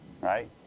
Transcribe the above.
Right